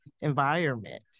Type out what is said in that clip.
environment